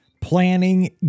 planning